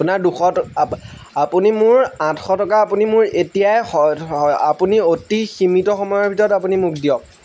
আপোনাৰ দুশ টকা আপুনি মোৰ আঠশ টকা আপুনি মোৰ এতিয়াই আপুনি অতি সীমিত সময়ৰ ভিতৰত আপুনি মোক দিয়ক